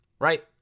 Right